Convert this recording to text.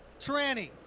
Tranny